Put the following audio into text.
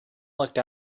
looked